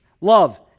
love